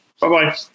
bye-bye